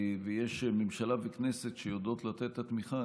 ויש ממשלה וכנסת שיודעות לתת את התמיכה,